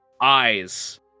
eyes